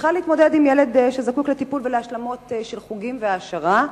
שצריכה להתמודד עם ילד שזקוק לטיפול ולהשלמות של חוגים והעשרה.